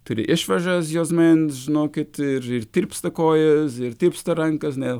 turi išvaržas juosmens žinokit ir tirpsta kojos ir tirpsta rankos ne